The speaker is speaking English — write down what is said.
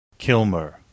Kilmer